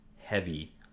heavy